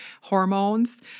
hormones